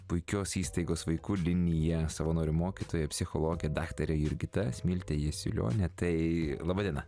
puikios įstaigos vaikų linija savanorių mokytoja psichologė daktarė jurgita smiltė jasiulionė tai laba diena